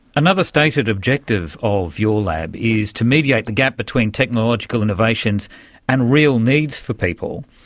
another stated objective of your lab is to mediate the gap between technological innovations and real needs for people.